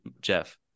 Jeff